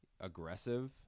aggressive